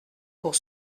pour